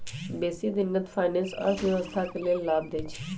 बेशी दिनगत फाइनेंस अर्थव्यवस्था के लेल लाभ देइ छै